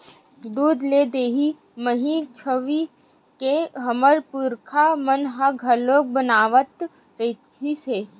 दूद ले दही, मही, घींव तो हमर पुरखा मन ह घलोक बनावत रिहिस हे